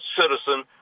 citizen